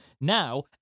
Now